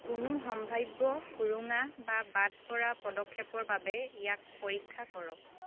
কোনো সম্ভাৱ্য সুৰুঙা বা বাদ পৰা পদক্ষেপৰ বাবে ইয়াক পৰীক্ষা কৰক